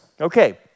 Okay